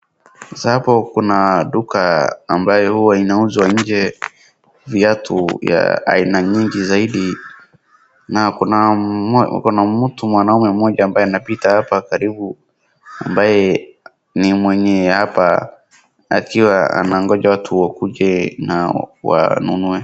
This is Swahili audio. Sasa hapo kuna duka ambayo huwa inauza nje viatu za aina nyingi zaidi, na kuna mtu mwanaume mmoja ambaye anapita hapa karibu ambaye ni mwenye hapa akiwa anangoja watu wakuje na waamue.